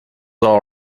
all